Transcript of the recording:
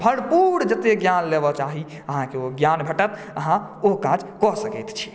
भरपूर जते ज्ञान लेबा चाही अहाँके ओ ज्ञान भेटत अहाँ ओ काज कऽ सकैत छी